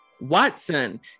watson